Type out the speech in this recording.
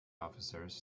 officers